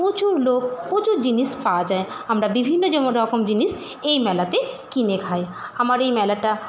প্রচুর লোক প্রচুর জিনিস পাওয়া যায় আমরা বিভিন্ন রকম জিনিস এই মেলাতে কিনে খাই আমার এই মেলাটা